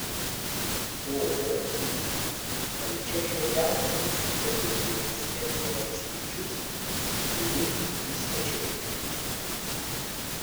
o mozyriuje valdžia žiauriausiomis egzekucijomis vertė valstiečius iš unitų į stačiatikybę